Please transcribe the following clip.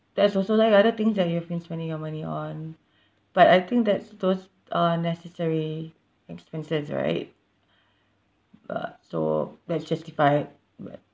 there's also like other things that you have been spending your money on but I think that's those are necessary expenses right but so that's justified but